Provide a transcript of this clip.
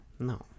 No